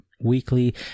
weekly